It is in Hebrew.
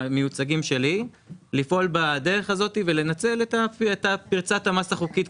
למיוצגים שלי לפעול בדרך הזאת ולנצל את פרצת המס החוקית,